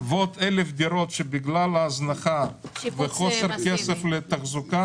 ועוד 1,000 דירות שבגלל ההזנחה וחוסר כסף לתחזוקה